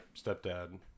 stepdad